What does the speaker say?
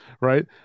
right